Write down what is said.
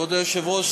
כבוד היושב-ראש,